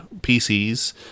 PCs